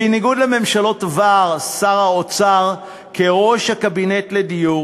בניגוד לממשלות עבר, שר האוצר, כראש הקבינט לדיור,